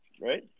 right